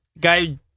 Guy